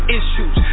issues